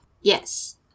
Yes